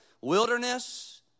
wilderness